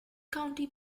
county